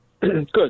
Good